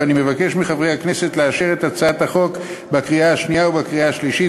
ואני מבקש מחברי הכנסת לאשר את הצעת החוק בקריאה שנייה ובקריאה שלישית,